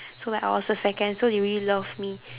so like I was the second so they really loved me